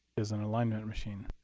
is an alignment machine.